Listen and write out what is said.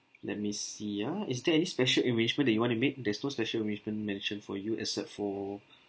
let me see ah is there any special arrangement that you want to make there's no special arrangement mentioned for you except for